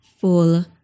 full